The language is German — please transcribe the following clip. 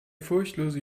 furchtlose